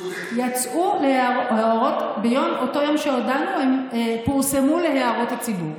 באותו יום שהודענו הן פורסמו להערות הציבור.